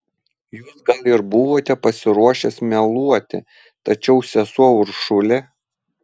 jūs gal ir buvote pasiruošęs meluoti tačiau sesuo uršulė